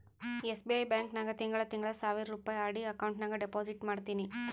SBI bank ನಾಗ್ ತಿಂಗಳಾ ತಿಂಗಳಾ ಸಾವಿರ್ ರುಪಾಯಿ ಆರ್.ಡಿ ಅಕೌಂಟ್ ನಾಗ್ ಡೆಪೋಸಿಟ್ ಮಾಡ್ತೀನಿ